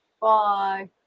Bye